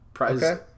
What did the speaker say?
Okay